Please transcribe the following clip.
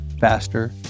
faster